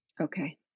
Okay